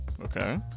Okay